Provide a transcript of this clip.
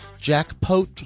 jackpot